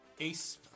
Ace